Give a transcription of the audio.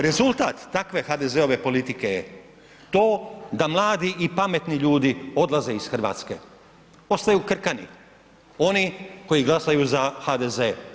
Rezultat takve HDZ-ove politike je to da mladi i pametni ljudi odlaze iz Hrvatske, ostaju krkani, oni koji glasaju za HDZ.